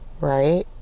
right